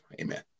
Amen